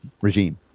Regime